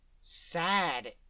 sad